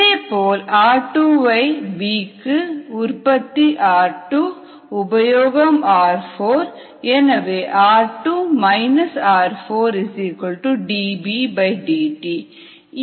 இதேபோல் r2 வை B க்கு உற்பத்தி r2 உபயோகம் r4 எனவே r2 r4dBdt